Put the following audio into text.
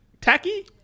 tacky